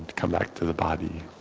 come back to the body